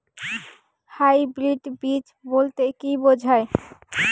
Hybrid বীজ বলতে কী বোঝায়?